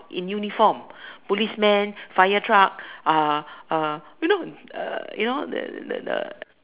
in uniform policeman fire truck uh uh you know uh you know the the the the